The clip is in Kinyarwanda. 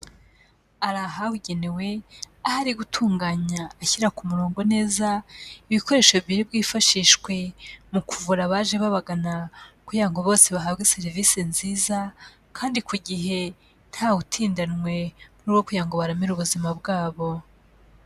Ari ahabugenewe, aho ari gutunganya ashyira ku murongo neza ibikoresho biri bwifashishwe mu kuvura abaje babagana kugira ngo bose bahabwe serivisi nziza kandi ku gihe ntawutindanwe, mu rwego rwo kugira ngo baramire ubuzima bwabo.